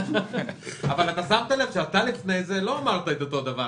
האם המערכת הזאת היא מערכת מלחמתית?